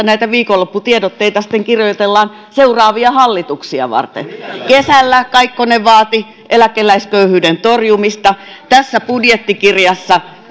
näitä viikonlopputiedotteita kirjoitellaan seuraavia hallituksia varten kesällä kaikkonen vaati eläkeläisköyhyyden torjumista tässä budjettikirjassa